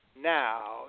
Now